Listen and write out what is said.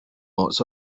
lots